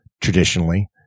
traditionally